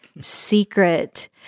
secret